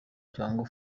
cyangwa